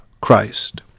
Christ